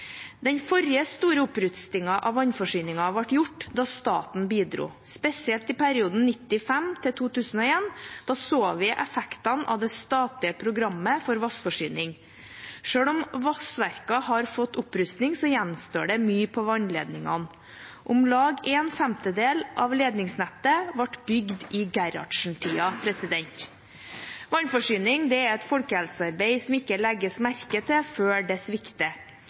Den forrige store opprustingen av vannforsyningen ble gjort da staten bidro. Spesielt i perioden 1995–2001 så vi effektene av det statlige programmet for vannforsyning. Selv om vannverkene har fått opprustning, gjenstår det mye på vannledningene. Om lag en femtedel av ledningsnettet ble bygd i Gerhardsen-tiden. Vannforsyning er et folkehelsearbeid som ikke legges merke til før det svikter.